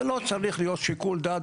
זה לא צריך להיות שיקול דעת,